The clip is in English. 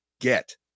get